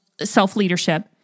self-leadership